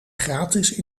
gratis